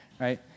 right